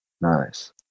Nice